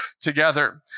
together